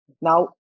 Now